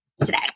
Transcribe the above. today